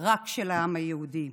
רק של העם היהודי,